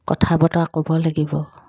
কথা বতৰা ক'ব লাগিব